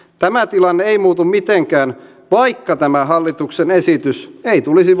tämä tilanne ei muutu mitenkään vaikka tämä hallituksen esitys ei tulisi